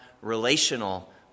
relational